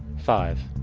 five.